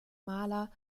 maler